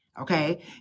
okay